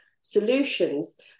solutions